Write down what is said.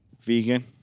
Vegan